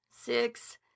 six